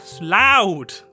loud